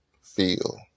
feel